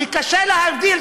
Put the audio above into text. כי קשה להבדיל,